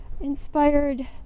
Inspired